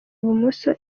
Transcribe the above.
bumoso